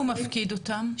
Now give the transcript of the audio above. איפה הוא מפקיד אותם?